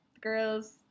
Girls